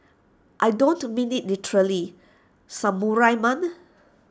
I don't mean IT literally samurai man